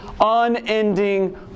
unending